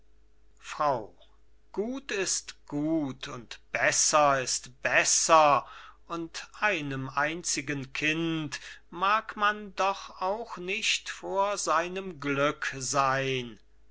frau gut ist gut und besser ist besser und einem einzigen kind mag man doch auch nicht vor seinem glück sein